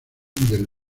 del